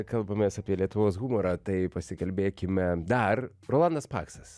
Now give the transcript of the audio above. kalbamės apie lietuvos humorą tai pasikalbėkime dar rolandas paksas